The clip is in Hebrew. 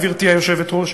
גברתי היושבת-ראש,